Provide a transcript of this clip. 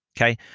Okay